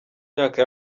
myaka